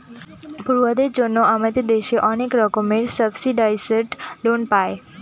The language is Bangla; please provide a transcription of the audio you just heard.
পড়ুয়াদের জন্য আমাদের দেশে অনেক রকমের সাবসিডাইসড লোন পায়